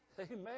Amen